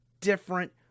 different